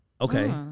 Okay